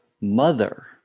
mother